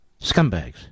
Scumbags